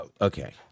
Okay